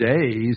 days